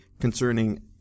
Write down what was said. concerning